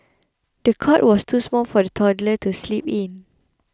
the cot was too small for the toddler to sleep in